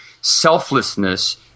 selflessness